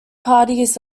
parties